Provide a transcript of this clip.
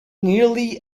nearly